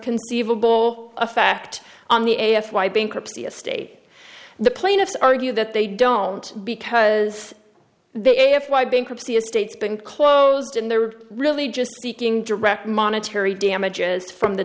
conceivable a fact on the a f y bankruptcy estate the plaintiffs argue that they don't because they have why bankruptcy estates been closed and they were really just seeking direct monetary damages from the